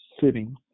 sitting